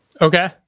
Okay